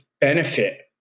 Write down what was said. benefit